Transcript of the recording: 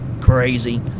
crazy